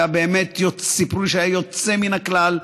שסיפרו לי שהיה יוצא מן הכלל,